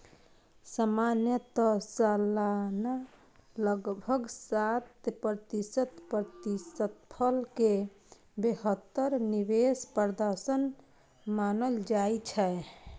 सामान्यतः सालाना लगभग सात प्रतिशत प्रतिफल कें बेहतर निवेश प्रदर्शन मानल जाइ छै